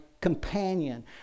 companion